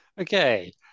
Okay